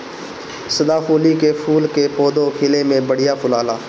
सदाफुली कअ फूल के पौधा खिले में बढ़िया फुलाला